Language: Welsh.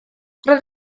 roedd